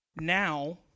now